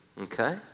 Okay